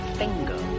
finger